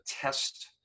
test